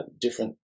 different